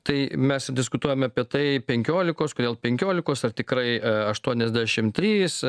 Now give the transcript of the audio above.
tai mes ir diskutuojame apie tai penkiolikos kodėl penkiolikos ar tikrai aštuoniasdešimt trys